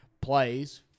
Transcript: plays